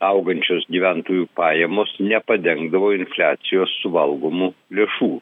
augančios gyventojų pajamos nepadengdavo infliacijos suvalgomų lėšų